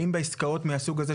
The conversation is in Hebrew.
האם בעסקאות מהסוג הזה,